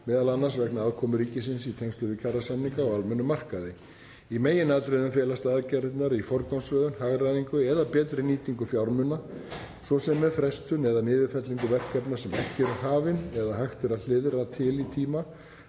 m.a. vegna aðkomu ríkisins í tengslum við kjarasamninga á almennum markaði. Í meginatriðum felast aðgerðirnar í forgangsröðun, hagræðingu eða betri nýtingu fjármuna, svo sem með frestun eða niðurfellingu verkefna sem ekki eru hafin eða hægt er að hliðra til í tíma,